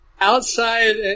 outside